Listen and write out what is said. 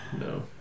No